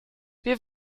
wir